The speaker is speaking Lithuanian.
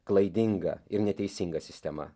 klaidinga ir neteisinga sistema